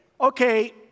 okay